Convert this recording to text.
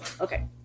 Okay